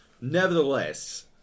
nevertheless